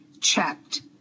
checked